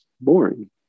boring